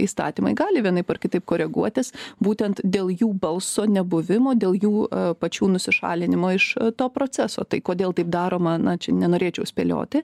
įstatymai gali vienaip ar kitaip koreguotis būtent dėl jų balso nebuvimo dėl jų pačių nusišalinimo iš to proceso tai kodėl taip daroma na čia nenorėčiau spėlioti